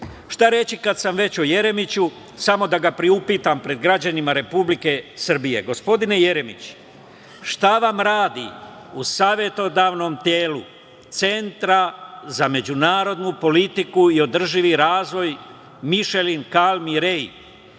Jeremića. Šta reći o Jeremiću, samo da ga priupitam pred građanima Republike Srbije. Gospodine Jeremiću, šta vam radi u savetodavnom telu Centra za međunarodnu politiku i održivi razvoj Mišelin Kalmi Rej